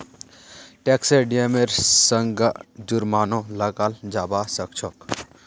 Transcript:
टैक्सेर नियमेर संगअ जुर्मानो लगाल जाबा सखछोक